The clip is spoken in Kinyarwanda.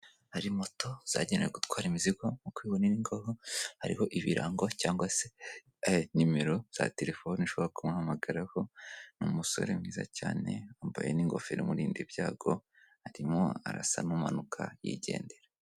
Hari moto zagenewe gutwara imizigo, nk’uko ubibona ahongaho hariho ibirango cyangwa se nimero za telefoni ushobora kubahamagaraho. N’umusore mwiza cyane wambaye n'ingofero imurinda ibyago, arimo arasa n'umanuka yigendera.